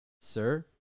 sir